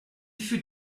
fut